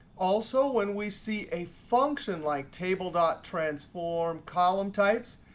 also when we see a function like table dot transform column types,